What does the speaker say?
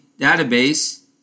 Database